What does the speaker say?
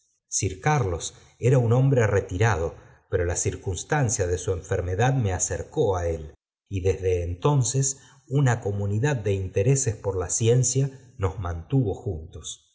sir carlos era un hombre retirado pero la circunstancia de su enfermedad me acercó á él y desde entonces una comunidad de intereses por la ciencia nos mantuvo juntos